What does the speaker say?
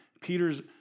Peter's